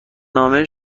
نامه